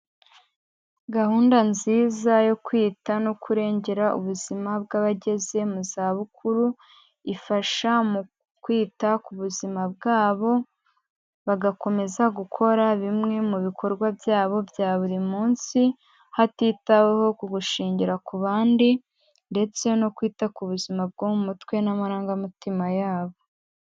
Gahunda nziza yo kwita no kurengera ubuzima bw'abageze mu zabukuru, ifasha mu kwita ku buzima bwabo bagakomeza gukora bimwe mu bikorwa byabo bya buri munsi, hatitaweho ku gushingira ku bandi ndetse no kwita ku buzima bwo mu mutwe n'amarangamutima yabo.